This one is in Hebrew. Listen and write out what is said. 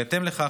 בהתאם לכך,